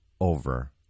over